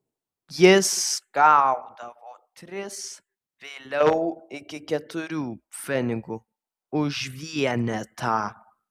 jis gaudavo tris vėliau iki keturių pfenigų už vienetą